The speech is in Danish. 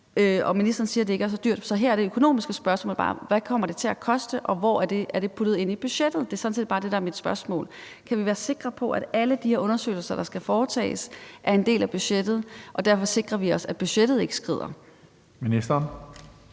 og ministeren siger, at det ikke er så dyrt. Så her er det økonomiske spørgsmål bare: Hvad kommer det til at koste, og er det puttet ind i budgettet? Det er sådan set bare det, der er mit spørgsmål. Kan vi være sikre på, at alle de her undersøgelser, der skal foretages, er en del af budgettet, og at vi derfor sikrer os, at budgettet ikke skrider? Kl.